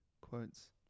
Quotes